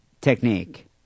technique